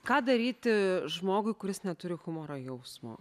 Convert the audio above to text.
ką daryti žmogui kuris neturi humoro jausmo